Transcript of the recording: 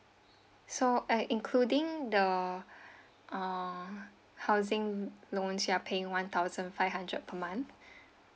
so I including the uh housing loan you are paying one thousand five hundred per month